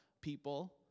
people